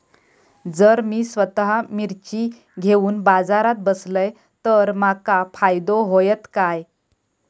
जर मी स्वतः मिर्ची घेवून बाजारात बसलय तर माका फायदो होयत काय?